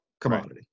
commodity